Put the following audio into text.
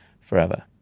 forever